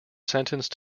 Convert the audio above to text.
sentenced